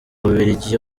ububiligi